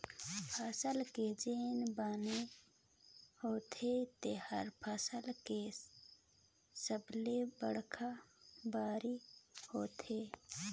फसल के जेन बन होथे तेहर फसल के सबले बड़खा बैरी होथे